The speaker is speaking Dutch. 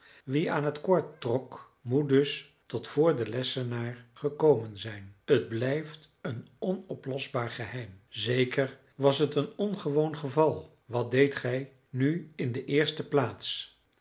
wie aan het koord trok moet dus tot voor den lessenaar gekomen zijn het blijft een onoplosbaar geheim zeker was t een ongewoon geval wat deedt gij nu in de eerste plaats